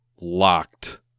locked